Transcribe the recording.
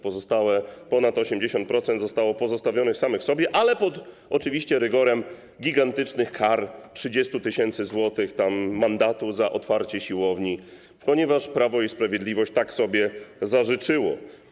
Pozostałe, ponad 80%, zostało pozostawionych samych sobie, ale oczywiście pod rygorem gigantycznych kar 30 tys. zł mandatu za otwarcie siłowni, ponieważ Prawo i Sprawiedliwość tak sobie zażyczyło.